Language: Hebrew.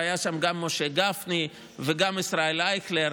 היו שם גם גפני וגם ישראל אייכלר.